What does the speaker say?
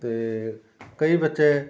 ਅਤੇ ਕਈ ਬੱਚੇ